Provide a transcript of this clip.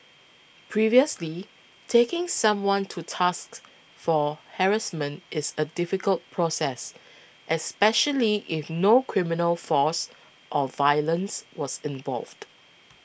previously taking someone to tasks for harassment is a difficult process especially if no criminal force or violence was involved